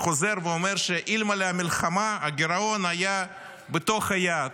חוזר ואומר שאלמלא המלחמה הגירעון היה בתוך היעד.